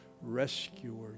Rescuer